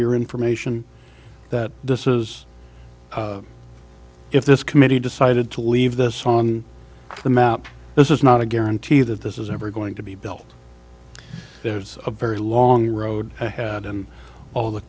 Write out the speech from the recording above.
your information that this is if this committee decided to leave this on the map this is not a guarantee that this is ever going to be built there's a very long road ahead and all the